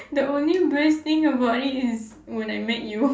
the only best thing about it is when I met you